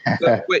wait